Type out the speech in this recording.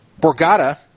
Borgata